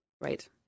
Right